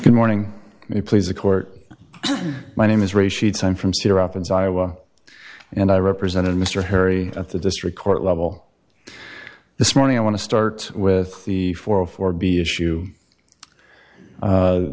good morning me please the court my name is ray sheets i'm from cedar rapids iowa and i represented mr harry at the district court level this morning i want to start with the forty four b issue